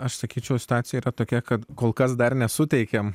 aš sakyčiau situacija yra tokia kad kol kas dar ne suteikėme